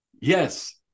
yes